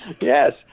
Yes